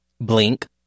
Blink